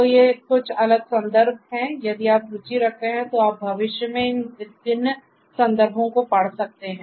तो ये कुछ अलग संदर्भ हैं यदि आप रुचि रखते हैं तो आप भविष्य में इन विभिन्न संदर्भों को पढ़ सकते हैं